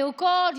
לרקוד,